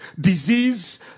disease